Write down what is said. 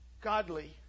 godly